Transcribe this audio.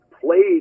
played